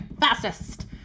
fastest